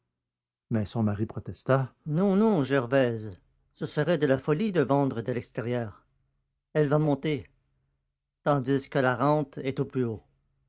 mais son mari protesta non non gervaise ce serait de la folie de vendre de l'extérieure elle va monter tandis que la rente est au plus haut